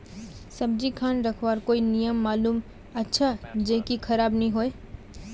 सब्जी खान रखवार कोई नियम मालूम अच्छा ज की खराब नि होय?